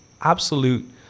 absolute